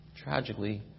Tragically